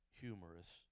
humorous